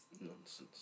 nonsense